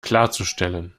klarzustellen